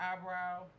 eyebrow